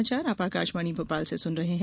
यह समाचार आप आकाशवाणी भोपाल से सुन रहे हैं